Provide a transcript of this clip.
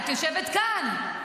את יושבת כאן,